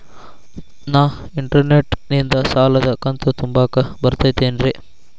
ನಾ ಇಂಟರ್ನೆಟ್ ನಿಂದ ಸಾಲದ ಕಂತು ತುಂಬಾಕ್ ಬರತೈತೇನ್ರೇ?